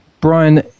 Brian